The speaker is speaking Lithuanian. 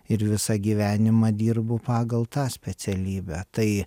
ir visą gyvenimą dirbu pagal tą specialybę tai